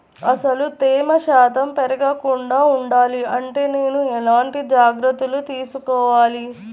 అసలు తేమ శాతం పెరగకుండా వుండాలి అంటే నేను ఎలాంటి జాగ్రత్తలు తీసుకోవాలి?